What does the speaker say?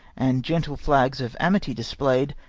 and gentle flags of amity display'd,